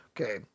Okay